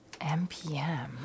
MPM